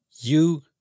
you-